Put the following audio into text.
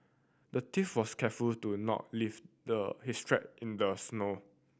the thief was careful to not leave the his track in the snow